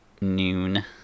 noon